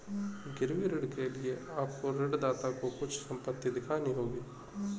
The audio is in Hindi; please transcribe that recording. गिरवी ऋण के लिए आपको ऋणदाता को कुछ संपत्ति दिखानी होगी